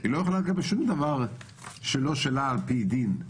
היא לא יכולה לקבל שום דבר שלא שלה על פי דין.